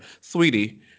Sweetie